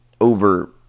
over